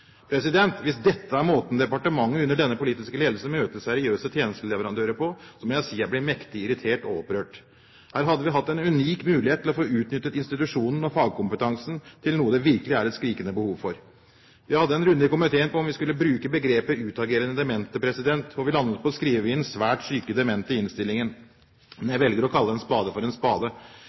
Hvis dette er måten departementet under denne politiske ledelsen møter seriøse tjenesteleverandører på, må jeg si jeg blir mektig irritert og opprørt. Her hadde vi hatt en unik mulighet til å få utnyttet institusjonen og fagkompetansen til noe det virkelig er et skrikende behov for. Vi hadde en runde i komiteen på om vi skulle bruke begrepet «utagerende demente» i innstillingen, og vi landet på å skrive «svært syke demente». Men jeg velger å kalle en spade for en spade.